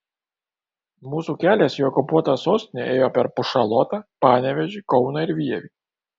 mūsų kelias į okupuotą sostinę ėjo per pušalotą panevėžį kauną ir vievį